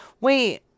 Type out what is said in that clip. Wait